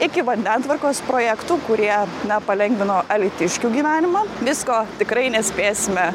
iki vandentvarkos projektų kurie na palengvino alytiškių gyvenimą visko tikrai nespėsime